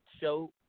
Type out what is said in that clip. show